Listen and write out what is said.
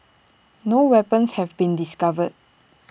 no weapons have been discovered